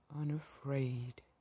Unafraid